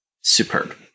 superb